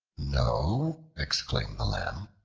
no, exclaimed the lamb,